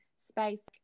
space